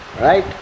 Right